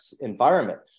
environment